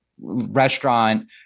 restaurant